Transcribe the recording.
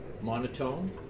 Monotone